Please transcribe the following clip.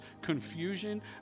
confusion